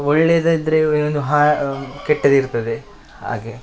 ಒಳ್ಳೇದಿದ್ದರೆ ಏನು ಹಾ ಕೆಟ್ಟದಿರ್ತದೆ ಹಾಗೆ